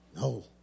No